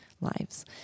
lives